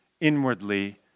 inwardly